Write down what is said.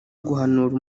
guhanura